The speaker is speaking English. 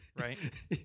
right